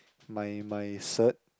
my my cert